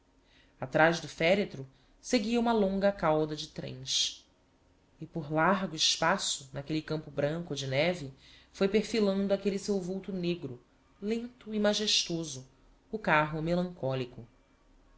atrás do féretro seguia uma longa cauda de trens e por largo espaço n'aquelle campo branco de neve foi perfilando aquelle seu vulto negro lento e majestoso o carro melancólico